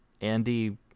andy